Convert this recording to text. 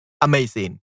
amazing